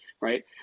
right